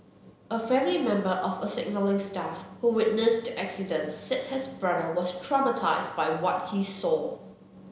a family member of a signalling staff who witnessed the accident said his brother was traumatised by what he saw